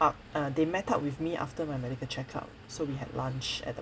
up uh they met up with me after my medical check up so we had lunch at the